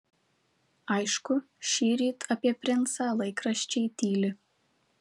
aišku šįryt apie princą laikraščiai tyli